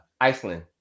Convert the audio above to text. iceland